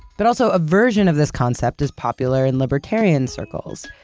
but also, a version of this concept is popular in libertarian circles.